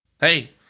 hey